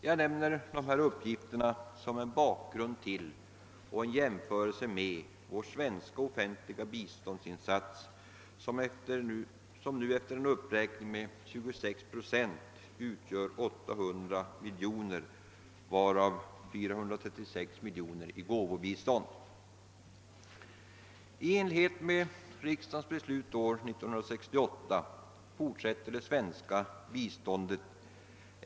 Jag nämner dessa uppgifter som en bakgrund till och en jämförelse med vår svenska offentliga biståndsinsats, som nu efter en uppräkning med 26 procent utgör 800 miljoner, varav 436 miljoner kronor i gåvobistånd.